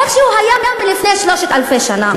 איך שהוא היה לפני 3,000 שנה.